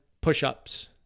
push-ups